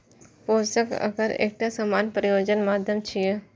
पोषक अगर एकटा सामान्य प्रयोजन माध्यम छियै